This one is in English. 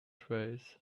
trays